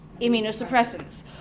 Immunosuppressants